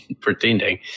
pretending